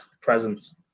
presence